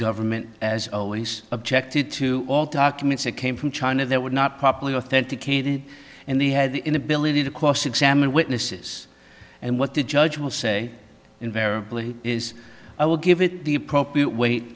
government as always objected to all documents that came from china that would not properly authenticated and they had the inability to cross examine witnesses and what the judge will say invariably is i will give it the appropriate weight